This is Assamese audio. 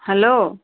হেল্ল'